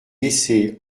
laissé